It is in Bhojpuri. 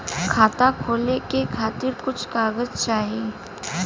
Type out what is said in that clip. खाता खोले के खातिर कुछ कागज चाही?